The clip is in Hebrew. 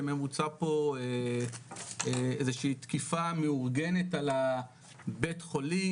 שמבוצע פה איזושהי תקיפה מאורגנת על בית החולים,